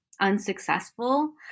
unsuccessful